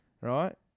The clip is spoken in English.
right